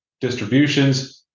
distributions